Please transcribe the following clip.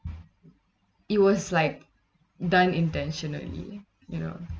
it was like done intentionally you know